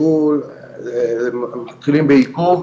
מתחילים בעיכוב